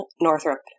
Northrop